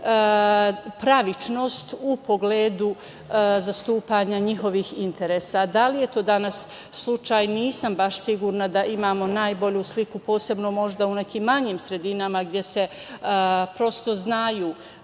pravičnost u pogledu zastupanja njihovih interesa. Da li je to danas slučaj, nisam baš sigurna da imamo najbolju sliku, posebno možda u nekim manjim sredinama, gde se prosto znaju